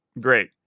Great